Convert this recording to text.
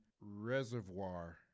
reservoir